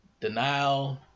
denial